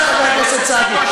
תודה, חבר הכנסת סעדי.